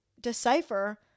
decipher